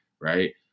right